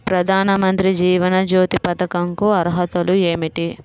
ప్రధాన మంత్రి జీవన జ్యోతి పథకంకు అర్హతలు ఏమిటి?